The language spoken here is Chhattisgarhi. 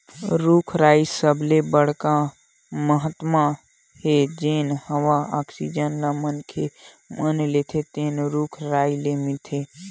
रूख राई के सबले बड़का महत्ता हे जेन हवा आक्सीजन ल मनखे मन लेथे तेन रूख राई ले मिलथे